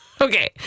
Okay